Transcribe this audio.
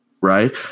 right